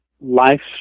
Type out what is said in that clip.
life